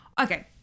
Okay